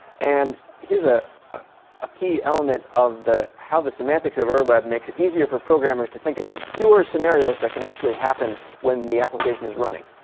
and here's a ah key element of how the semantics of ur web makes it easier for programmers to think about fewer scenarios that can actually happen when the application is running.